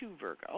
Virgo